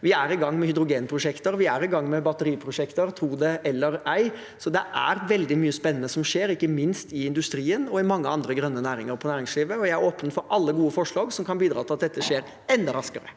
Vi er i gang med hydrogenprosjekter, og vi er i gang med batteriprosjekter, tro det eller ei, så det er veldig mye spennende som skjer, ikke minst i industrien og i mange andre grønne næringer i næringslivet. Jeg er åpen for alle gode forslag som kan bidra til at dette skjer enda raskere.